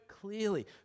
clearly